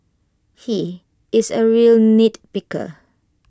he is A real nitpicker